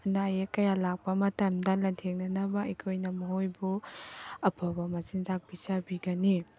ꯑꯅꯥ ꯑꯌꯦꯛ ꯀꯌꯥ ꯂꯥꯛꯄ ꯃꯇꯝꯗ ꯂꯥꯟꯊꯦꯡꯅꯅꯕ ꯑꯩꯈꯣꯏꯅ ꯃꯈꯣꯏꯕꯨ ꯑꯐꯕ ꯃꯆꯤꯟꯖꯥꯛ ꯄꯤꯖꯕꯤꯒꯅꯤ